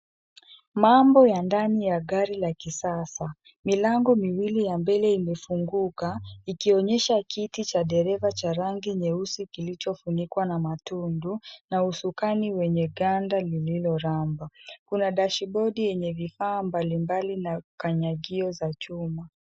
Mambo ya ndani ya gari la kisasa, milango miwili ya mbele imefunguka ikionyesha kiti cha dereva cha rangi nyeusi kilicho funikwa na matundu, na usukani wenye ganda lililoramba. Kuna dashibodi yenye vifaa mbalimbali na kanyagio za chuma.